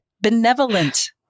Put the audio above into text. Benevolent